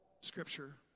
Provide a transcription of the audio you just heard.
Scripture